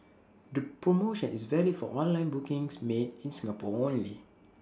the promotion is valid for online bookings made in Singapore only